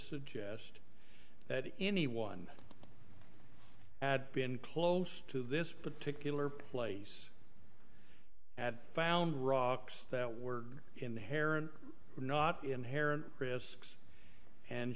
suggest that anyone had been close to this particular place at found rocks that were inherent not inherent risks and